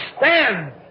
stand